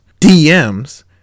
DMs